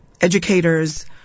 educators